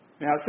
Now